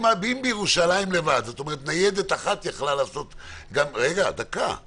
אם בירושלים לבד ניידת אחת יכלה לעשות בדיקה בכל